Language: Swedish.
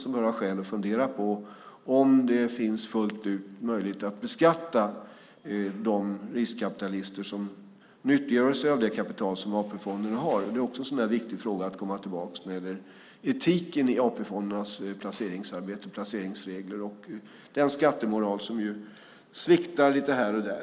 Han bör fundera på om det är fullt ut möjligt att beskatta de riskkapitalister som nyttjar sig av det kapital som AP-fonderna har. Det är en viktig fråga att komma tillbaka till när det gäller etiken i AP-fondernas placeringsarbete och placeringsregler och den skattemoral som sviktar lite här och där.